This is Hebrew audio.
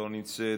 לא נמצאת,